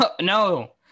no